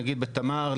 נגיד בתמר,